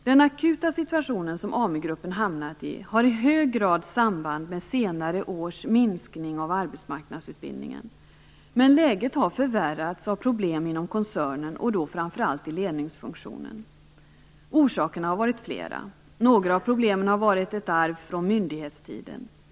Den akuta situation som AmuGruppen har hamnat i har i hög grad samband med senare års minskning av arbetsmarknadsutbildningen. Men läget har förvärrats på grund av problem inom koncernen, och då framför allt inom ledningsfunktionen. Orsakerna har varit flera. Några av problemen har varit ett arv från myndighetstiden.